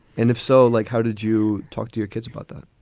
and if so, like, how did you talk to your kids about that?